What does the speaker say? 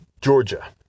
Georgia